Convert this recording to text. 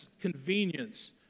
convenience